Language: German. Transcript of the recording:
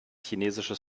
chinesisches